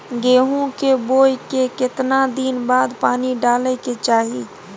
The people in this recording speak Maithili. गेहूं के बोय के केतना दिन बाद पानी डालय के चाही?